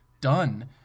done